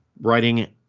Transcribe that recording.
writing